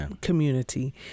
community